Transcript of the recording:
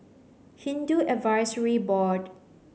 Hindu Advisory Board